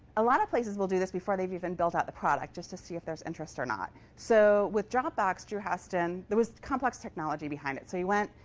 a lot of places will do this before they've even built out the product, just to see if there's interest or not. so with dropbox, drew houston, there was complex technology behind it. so he went,